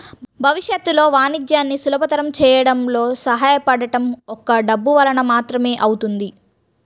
భవిష్యత్తులో వాణిజ్యాన్ని సులభతరం చేయడంలో సహాయపడటం ఒక్క డబ్బు వలన మాత్రమే అవుతుంది